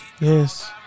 Yes